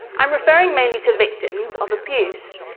i'm referring mainly to victims of abuse,